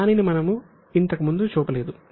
దానిని మనము ఇంతకు ముందు చూపలేదు